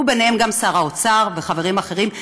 וביניהם גם שר האוצר וחברים אחרים,